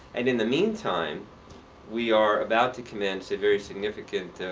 and in the meantime we are about to commence a very significant,